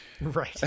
right